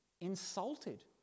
insulted